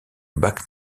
bac